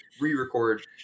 re-record